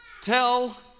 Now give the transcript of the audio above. tell